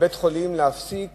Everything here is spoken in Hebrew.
להפסיק